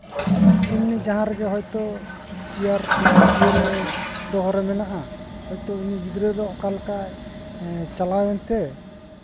ᱮᱢᱱᱤ ᱡᱟᱦᱟᱸ ᱨᱮᱜᱮ ᱦᱚᱭᱛᱚ ᱤᱭᱟᱹᱨᱮ ᱫᱚᱦᱚᱨᱮ ᱢᱮᱱᱟᱜᱼᱟ ᱦᱚᱭᱛᱚ ᱩᱱᱤ ᱜᱤᱫᱽᱨᱟᱹ ᱫᱚ ᱚᱠᱟ ᱞᱮᱠᱟᱭ ᱪᱟᱞᱟᱣᱮᱱ ᱛᱮ